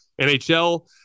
NHL